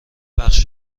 بخش